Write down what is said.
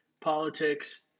politics